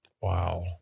Wow